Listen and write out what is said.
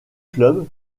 club